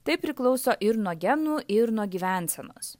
tai priklauso ir nuo genų ir nuo gyvensenos